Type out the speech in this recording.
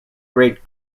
great